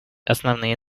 основные